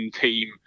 team